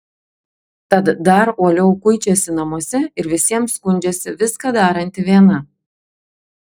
tad dar uoliau kuičiasi namuose ir visiems skundžiasi viską daranti viena